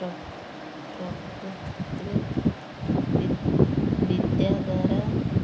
ପ୍ରଯୁକ୍ତି ବିଦ୍ୟାର